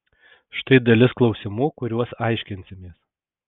štai dalis klausimų kuriuos aiškinsimės